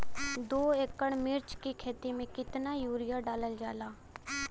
दो एकड़ मिर्च की खेती में कितना यूरिया डालल जाला?